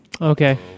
Okay